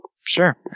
Sure